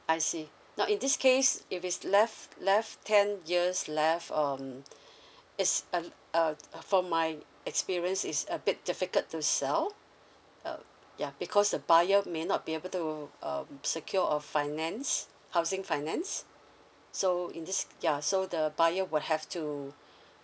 I see now in this case if is left left ten years left um is a l~ uh uh from my experience is a bit difficult to sell um ya because the buyer may not be able to um secure or finance housing finance so in this ya so the buyer will have to